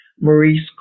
Maurice